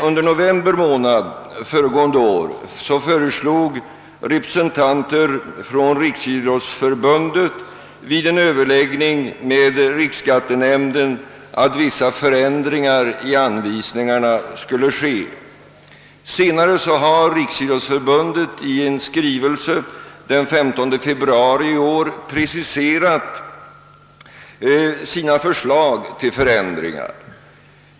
Under november månad föregående år föreslog representanter för Riksidrottsförbundet vid en överläggning med riksskattenämnden att vissa förändringar i anvisningarna skulle göras. Senare har Riksidrottsförbundet i en skrivelse den 15 februari i år preciserat sina förslag till förändringar.